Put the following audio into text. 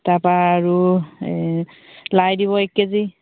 তাৰপৰা আৰু লাই দিব এক কেজি